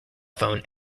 phone